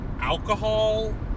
alcohol